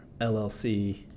LLC